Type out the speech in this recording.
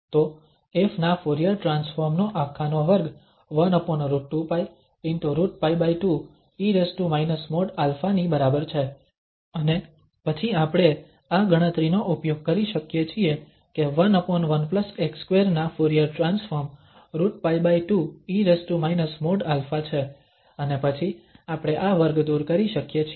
તો ƒ ના Fourier transform નો આખા નો વર્ગ 1√2π ✕ √π2 e |α| ની બરાબર છે અને પછી આપણે આ ગણતરીનો ઉપયોગ કરી શકીએ છીએ કે 11x2 ના ફુરીયર ટ્રાન્સફોર્મ √π2 e |α| છે અને પછી આપણે આ વર્ગ દૂર કરી શકીએ છીએ